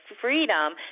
freedom